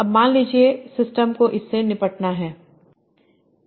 अब मान लीजिए सिस्टम को इससे निपटना है